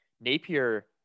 Napier